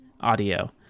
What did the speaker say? audio